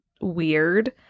weird